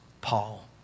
Paul